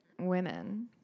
women